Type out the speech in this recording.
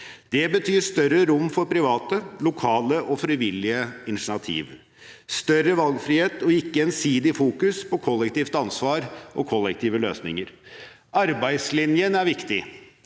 andre dag 143 lokale og frivillige initiativ, større valgfrihet og ikke ensidig fokus på kollektivt ansvar og kollektive løsninger. Arbeidslinjen er viktig,